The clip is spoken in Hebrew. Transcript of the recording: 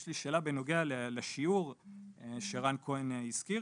יש לי שאלה בנוגע לשיעור שרן כהן הזכיר,